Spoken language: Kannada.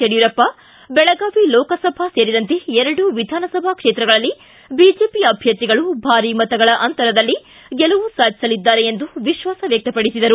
ಯಡಿಯೂರಪ್ಪ ಬೆಳಗಾವಿ ಲೋಕಸಭಾ ಸೇರಿದಂತೆ ಎರಡೂ ವಿಧಾನಸಭೆ ಕ್ಷೇತ್ರಗಳಲ್ಲಿ ಬಿಜೆಪಿ ಅಭ್ಯರ್ಥಿಗಳು ಭಾರಿ ಮತಗಳ ಅಂತರದಲ್ಲಿ ಗೆಲವು ಸಾಧಿಸಲಿದ್ದಾರೆ ಎಂದು ವಿಶ್ವಾಸ ವ್ಯಕ್ತಪಡಿಸಿದರು